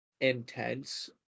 intense